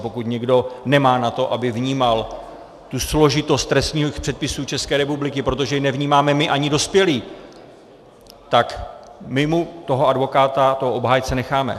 Pokud někdo nemá na to, aby vnímal složitost trestních předpisů České republiky, protože ji nevnímáme ani my dospělí, tak my mu toho advokáta, obhájce necháme.